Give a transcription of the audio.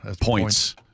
points